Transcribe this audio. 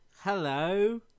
Hello